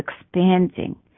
expanding